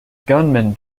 gunmen